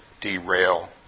derail